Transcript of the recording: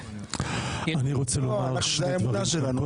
זו האמונה שלנו.